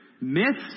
myths